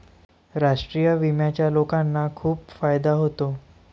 राष्ट्रीय विम्याचा लोकांना खूप फायदा होतो